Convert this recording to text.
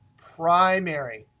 primary,